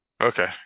Okay